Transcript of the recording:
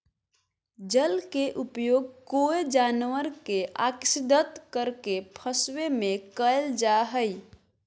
जल के उपयोग कोय जानवर के अक्स्र्दित करके फंसवे में कयल जा हइ